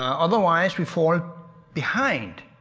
otherwise we fall behind,